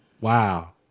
wow